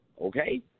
Okay